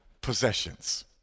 possessions